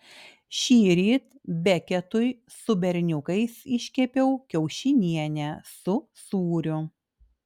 šįryt beketui su berniukais iškepiau kiaušinienę su sūriu